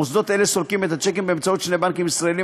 מוסדות אלה סולקים את השיקים באמצעות שני בנקים ישראליים